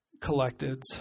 collected